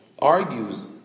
Argues